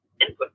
input